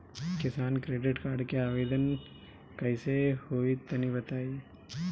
किसान credit card के आवेदन कईसे होई तनि बताई?